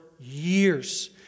years